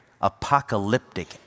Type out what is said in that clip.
apocalyptic